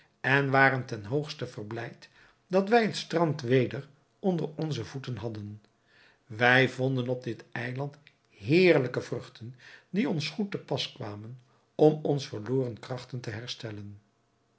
en waren ten hoogste verblijd dat wij het strand weder onder onze voeten hadden wij vonden op dit eiland heerlijke vruchten die ons goed te pas kwamen om onze verloren krachten te herstellen